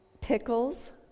pickles